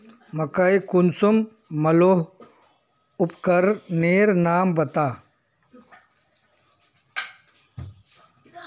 मकई कुंसम मलोहो उपकरनेर नाम बता?